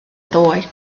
ddoe